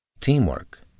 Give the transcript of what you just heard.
teamwork